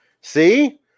See